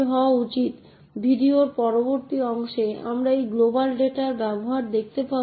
তাই যখন বিঘ্ন ঘটে তখন শিডিয়ুলার একটি প্রক্রিয়া বেছে নিতে পারে এবং বিদ্যমান প্রক্রিয়াটিকে প্রতিরোধ করতে পারে